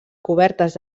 cobertes